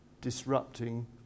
disrupting